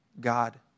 God